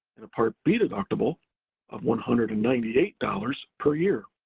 and a part b deductible of one hundred and ninety eight dollars per year.